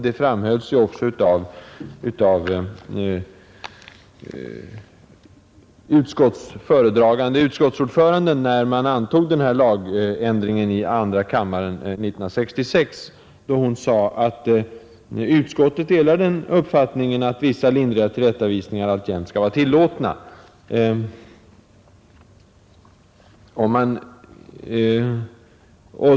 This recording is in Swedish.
Det framhölls också i andra kammaren av utskottsordföranden, när lagändringen antogs 1966. Hon sade att utskottet delar uppfattningen att vissa lindrigare tillrättavisningar alltjämt skall vara tillåtna.